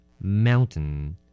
Mountain